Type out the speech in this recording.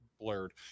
blurred